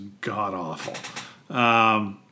god-awful